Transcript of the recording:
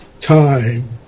time